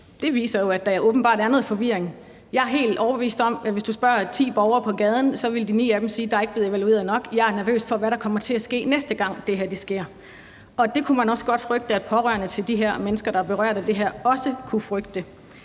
det, viser jo, at der åbenbart er noget forvirring. Jeg er helt overbevist om, at hvis du spørger ti borgere på gaden, så vil de ni af dem sige, at der ikke er blevet evalueret nok, og at de er nervøse for, hvad der kommer til at ske, næste gang det her sker. Det kunne man også godt forestille sig at pårørende til de her mennesker, der er berørt af det her, kunne frygte.